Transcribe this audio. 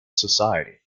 society